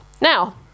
now